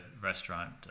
restaurant